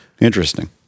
Interesting